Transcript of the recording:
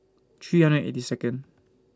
three hundred and eighty Second